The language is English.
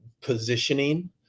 positioning